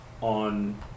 on